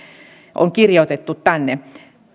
on kirjoitettu tänne